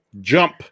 jump